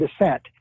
descent